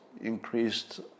increased